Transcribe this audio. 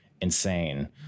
insane